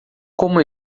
como